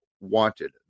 wanted